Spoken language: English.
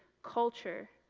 culture,